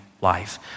life